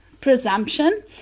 presumption